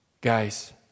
Guys